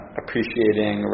appreciating